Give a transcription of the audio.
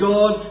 God